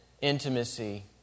intimacy